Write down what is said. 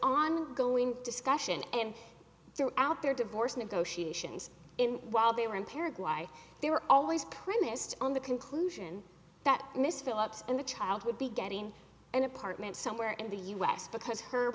ongoing discussion and throughout their divorce negotiations in while they were impaired why they were always premised on the conclusion that miss philips and the child would be getting an apartment somewhere in the u s because her